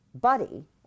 buddy